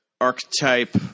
archetype